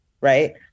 right